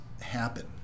happen